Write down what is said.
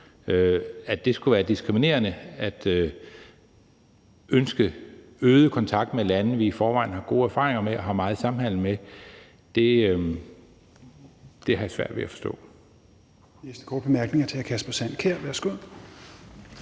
At det skulle være diskriminerende at ønske øget kontakt med lande, vi i forvejen har gode erfaringer med og har meget samhandel med, har jeg svært ved at forstå.